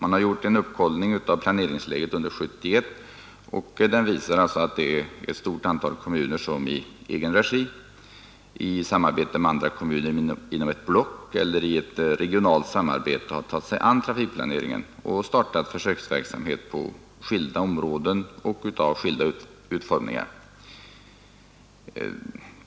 Man har gjort en uppkollning av planeringsläget under 1971. Den visar att ett stort antal kommuner i egen regi, i samarbete med andra kommuner inom ett block eller i ett regionalt samarbete har tagit sig an trafikplaneringen och startat försöksverksamhet på skilda områden och av skilda utformningar.